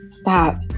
stop